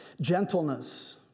Gentleness